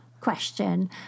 question